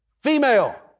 Female